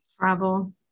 travel